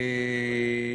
כאמור,